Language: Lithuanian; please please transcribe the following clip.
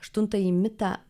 aštuntąjį mitą